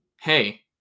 hey